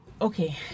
Okay